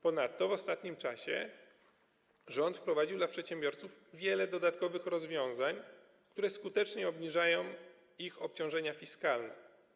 Ponadto w ostatnim czasie rząd wprowadził dla przedsiębiorców wiele dodatkowych rozwiązań, które skutecznie obniżają ich obciążenia fiskalne.